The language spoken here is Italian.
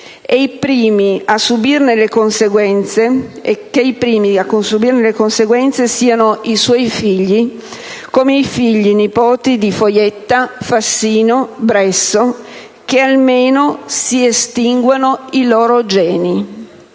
i primi a subirne le conseguenze siano i suoi figli, come i figli e nipoti di Foietta, Fassino e Bresso e che almeno si estinguano i loro geni».